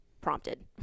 prompted